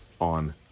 on